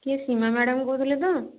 କିଏ ସୀମା ମ୍ୟାଡ଼ାମ୍ କହୁଥିଲେ ତ